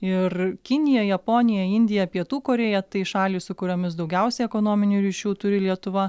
ir kinija japonija indija pietų korėja tai šalys su kuriomis daugiausia ekonominių ryšių turi lietuva